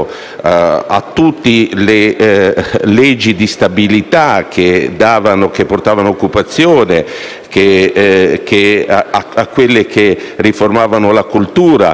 a tutte le leggi di stabilità che portavano occupazione, alle leggi che riformavano il